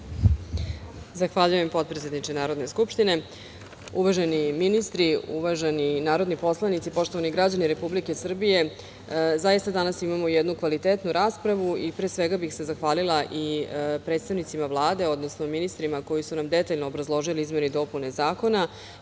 Zahvaljujem, potpredsedniče Narodne skupštine. Uvaženi ministri, uvaženi narodni poslanici, poštovani građani Republike Srbije, zaista danas imamo jednu kvalitetnu raspravu i zahvalila bih se i predstavnici Vlade, odnosno ministrima koji su nam detaljno obrazložili izmene i dopune zakone